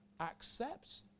accepts